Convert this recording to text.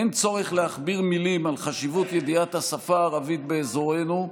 אין צורך להכביר מילים על חשיבות ידיעת השפה הערבית באזורנו,